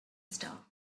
star